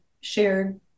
shared